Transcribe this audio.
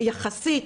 יחסית,